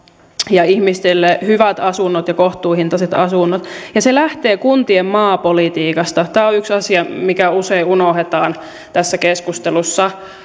ja ihmisille hyvät ja kohtuuhintaiset asunnot ja se lähtee kuntien maapolitiikasta tämä on yksi asia mikä usein unohdetaan tässä keskustelussa